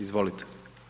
Izvolite.